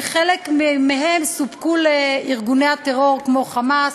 וחלק מהם סופקו לארגוני טרור כמו "חמאס",